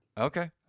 Okay